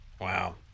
Wow